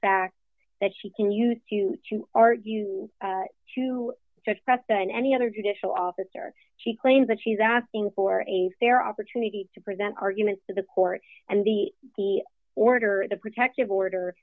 facts that she can use to to argue to judge press and any other judicial officer she claims that she's asking for a fair opportunity to present arguments to the court and be the order or the protective order